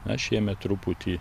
na šiemet truputį